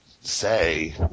say